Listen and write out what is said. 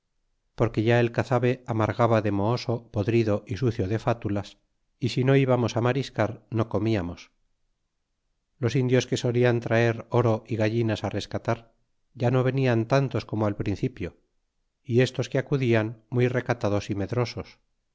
porque ya el cazabe amargaba de mohoso podrido y sucio de fatulas y si no íbamos á mariscar no comiamos y los indios que solian traer oro y gallinas rescatar ya no venian tantos como al principio y estos que acudian muy recatados y medrosos